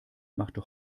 machte